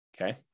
okay